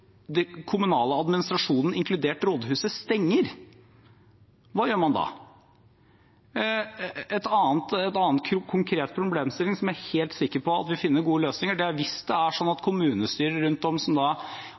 kommunale administrasjonen, inkludert rådhuset, stenger, hva gjør man da? En annet konkret problemstilling, som jeg er helt sikker på at vil finne gode løsninger, er